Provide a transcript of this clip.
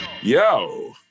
Yo